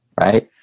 right